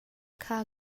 kha